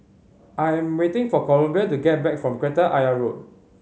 I am waiting for Columbia to come back from Kreta Ayer Road